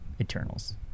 eternals